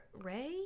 Ray